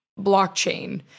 blockchain